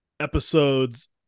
episodes